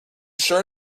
sure